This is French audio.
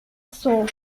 sont